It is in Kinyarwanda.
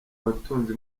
batunze